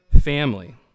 family